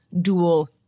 dual